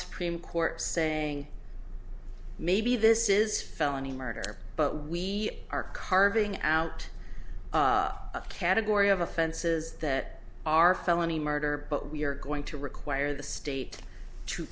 supreme court saying maybe this is felony murder but we are carving out a category of offenses that are felony murder but we are going to require the state to